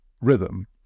rhythm